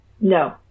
No